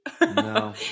No